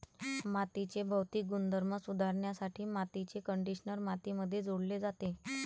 मातीचे भौतिक गुणधर्म सुधारण्यासाठी मातीचे कंडिशनर मातीमध्ये जोडले जाते